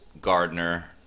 Gardner